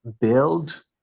build